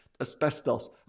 asbestos